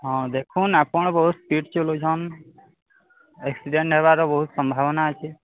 ହଁ ଦେଖୁନ୍ତୁ ଆପଣ ବହୁତ ସ୍ପିଡ଼ ଚଲଉଛନ୍ତି ଆକ୍ସିଡେଣ୍ଟ୍ ହେବାର ବହୁତ ସମ୍ଭାବନା ଅଛି